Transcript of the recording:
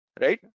right